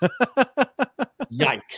yikes